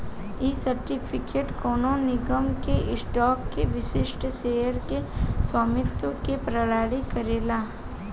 इ सर्टिफिकेट कवनो निगम के स्टॉक के विशिष्ट शेयर के स्वामित्व के प्रमाणित करेला